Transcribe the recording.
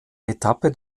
etappe